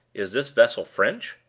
is this vessel french?